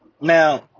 Now